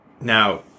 Now